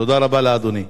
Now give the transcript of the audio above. תודה רבה לאדוני.